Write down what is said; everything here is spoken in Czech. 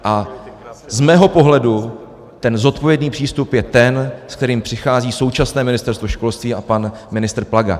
A z mého pohledu ten zodpovědný přístup je ten, se kterým přichází současné Ministerstvo školství a pan ministr Plaga.